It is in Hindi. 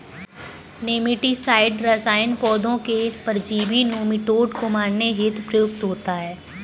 नेमेटीसाइड रसायन पौधों के परजीवी नोमीटोड को मारने हेतु प्रयुक्त होता है